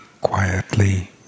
quietly